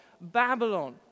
Babylon